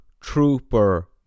Trooper